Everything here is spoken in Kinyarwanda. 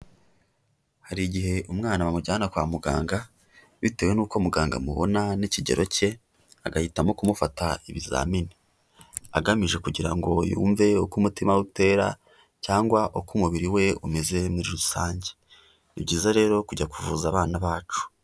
Hari igihe umwana bamujyana kwa muganga, bitewe n'uko muganga amubona n'ikigero cye, agahitamo kumufata ibizamini. Agamije kugira ngo yumve uko umutima we utera cyangwa uko umubiri we umeze muri rusange. Ni byiza rero kujya kuvuza abana bacu.